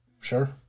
Sure